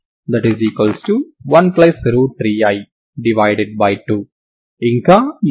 ఇప్పుడు x axis ఉంది మరియు ఇది మీ t axis అవుతుంది సరేనా